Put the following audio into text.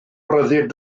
ryddid